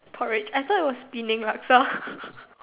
porridge I thought it was Penang laksa